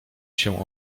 się